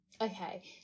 Okay